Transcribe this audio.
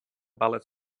ballet